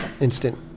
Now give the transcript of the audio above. instant